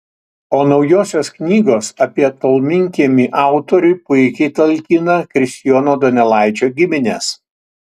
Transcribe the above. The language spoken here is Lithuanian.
o naujosios knygos apie tolminkiemį autoriui puikiai talkina kristijono donelaičio giminės